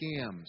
scams